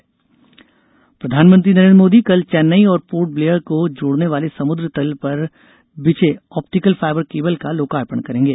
PM OFC प्रधानमंत्री नरेन्द्र मोदी कल चेन्नई और पोर्ट ब्लेयर को जोड़ने वाले समुद्र तल पर बिछे ऑप्टिकल फाइबर केबल का लोकार्पण करेंगे